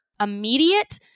immediate